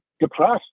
depressed